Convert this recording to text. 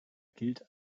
gilt